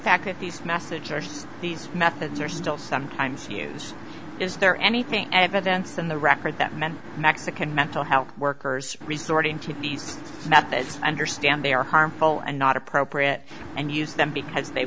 fact that these massive jurors these methods are still sometimes use is there anything evidence in the record that many mexican mental health workers resorting to these methods understand they are harmful and not appropriate and use them because they